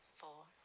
four